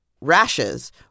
Rashes